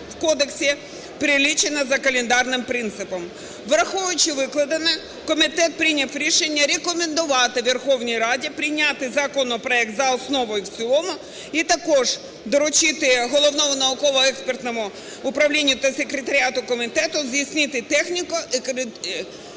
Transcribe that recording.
у кодексі перелічена за календарним принципом. Враховую викладене, комітет прийняв рішення рекомендувати Верховній Раді прийняти законопроект за основу і в цілому і також доручити Головному науково-експертному управлінню та секретаріату комітету здійснити техніко-юридичне